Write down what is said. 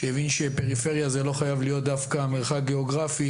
שהבין שפריפריה זה לא חייב להיות דווקא מרחק גיאוגרפי,